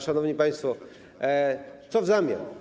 Szanowni państwo, co w zamian?